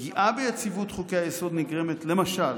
--- פגיעה ביציבות חוקי-היסוד נגרמת למשל